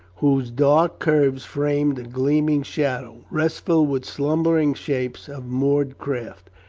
whose dark curves framed a gleaming shadow, restful with slumbering shapes of moored craft,